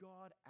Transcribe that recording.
God